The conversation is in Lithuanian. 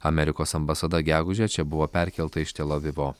amerikos ambasada gegužę čia buvo perkelta iš tel avivo